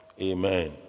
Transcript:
Amen